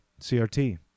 CRT